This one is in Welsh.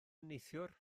neithiwr